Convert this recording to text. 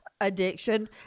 addiction